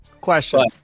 Question